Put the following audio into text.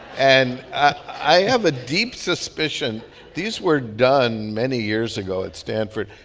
and i have a deep suspicion these were done many years ago at stanford.